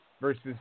versus